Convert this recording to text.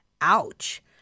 Ouch